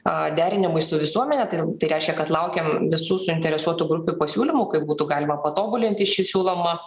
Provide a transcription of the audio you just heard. a derinimui su visuomene tai reiškia kad laukiam visų suinteresuotų grupių pasiūlymų kaip būtų galima patobulinti šį siūlomą